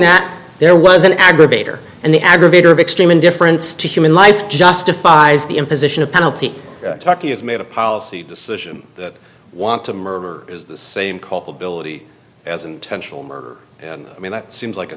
that there was an aggravator and the aggravator of extreme indifference to human life justifies the imposition of penalty tucky has made a policy decision that want to murder is the same culpability as intentional murder i mean that seems like a